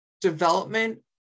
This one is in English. development